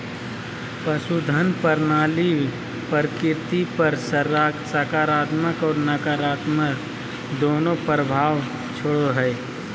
पशुधन प्रणाली प्रकृति पर सकारात्मक और नकारात्मक दोनों प्रभाव छोड़ो हइ